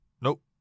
Nope